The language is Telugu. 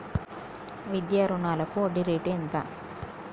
విద్యా రుణాలకు వడ్డీ రేటు ఎంత?